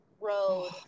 road